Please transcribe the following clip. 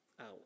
out